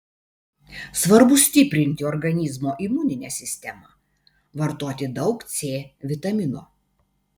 svarbu stiprinti organizmo imuninę sistemą vartoti daug c vitamino